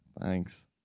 Thanks